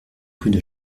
rue